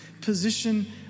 position